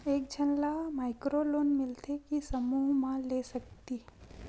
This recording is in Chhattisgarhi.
एक झन ला माइक्रो लोन मिलथे कि समूह मा ले सकती?